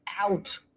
out